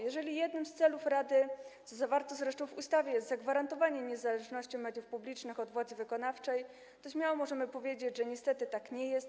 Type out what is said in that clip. Jeżeli jednym z celów rady, co zawarto zresztą w ustawie, jest zagwarantowanie niezależności mediów publicznych od władzy wykonawczej, to śmiało możemy powiedzieć, że niestety tak nie jest.